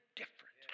different